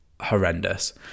horrendous